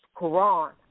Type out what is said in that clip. Quran